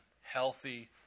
healthy